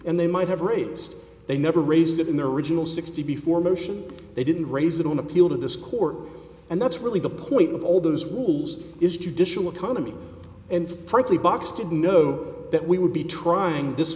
and they might have raised they never raised it in their original sixty before motion they didn't raise it on appeal to this court and that's really the point of all those rules is judicial autonomy and frankly box didn't know that we would be trying this